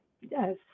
yes